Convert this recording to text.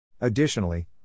Additionally